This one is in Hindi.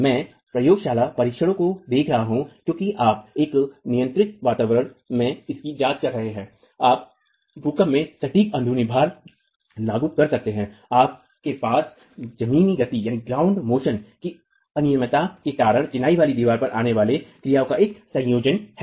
मैं प्रयोगशाला परीक्षणों को देखा रहा हूँ क्योंकि आप एक नियंत्रित वातावरण में इनकी जांच कर सकते हैं आप भूकंप में सटीक अन्ध्रुनी भार लागू कर सकते हैं आपके पास जमीनी गति की अनियमिता के कारण चिनाई वाली दीवार पर आने वाली क्रियाओं का एक संयोजन है